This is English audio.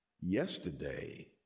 yesterday